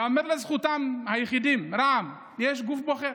ייאמר לזכותם, היחידים, רע"מ, יש גוף בוחר.